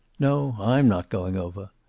no, i'm not going over.